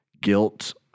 guilt